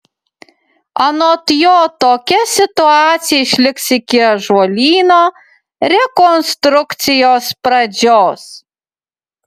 anot jo tokia situacija išliks iki ąžuolyno rekonstrukcijos pradžios